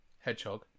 Hedgehog